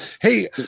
Hey